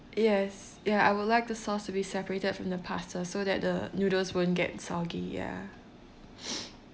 yes ya I would like the sauce to be separated from the pasta so that the noodles wouldn't get soggy ya